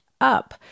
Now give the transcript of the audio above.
up